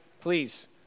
Please